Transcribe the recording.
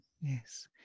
yes